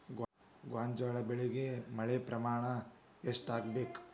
ಗೋಂಜಾಳ ಬೆಳಿಗೆ ಮಳೆ ಪ್ರಮಾಣ ಎಷ್ಟ್ ಆಗ್ಬೇಕ?